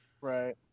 Right